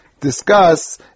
discuss